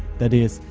that is,